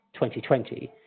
2020